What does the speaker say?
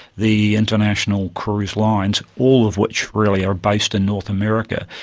the international cruise lines, all of which really are based in north america,